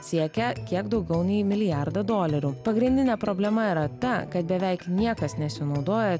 siekia kiek daugiau nei milijardą dolerių pagrindinė problema yra ta kad beveik niekas nesinaudoja